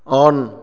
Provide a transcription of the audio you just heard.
on